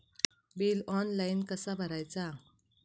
Bill online कसा भरायचा?